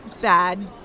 bad